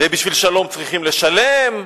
ובשביל שלום צריכים לשלם.